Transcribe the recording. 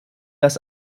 das